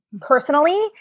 personally